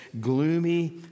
gloomy